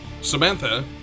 Samantha